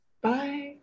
Bye